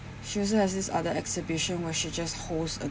she also has this other exhibition where she just holds a